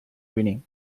winning